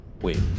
Wait